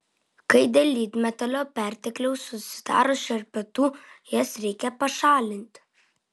kai dėl lydmetalio pertekliaus susidaro šerpetų jas reikia pašalinti